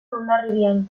hondarribian